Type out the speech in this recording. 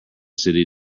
city